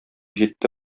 җитте